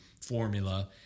formula